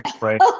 right